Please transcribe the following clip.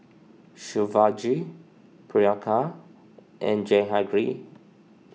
Shivaji Priyanka and Jehangirr